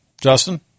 Justin